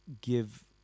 give